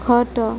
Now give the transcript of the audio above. ଖଟ